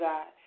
God